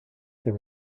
there